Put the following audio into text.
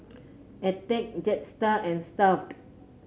attack Jetstar and Stuff'd